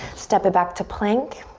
step it back to plank.